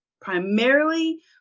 primarily